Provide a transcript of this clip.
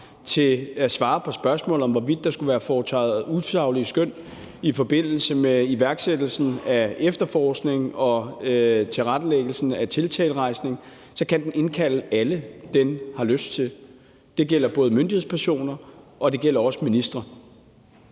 til at svare på spørgsmålet om, hvorvidt der skulle være foretaget usaglige skøn. I forbindelse med iværksættelsen af efterforskningen og tilrettelæggelsen af tiltalerejsningen kan den indkalde alle dem, den har lyst til. Det gælder både myndighedspersoner, og det gælder også ministre.